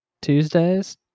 Tuesdays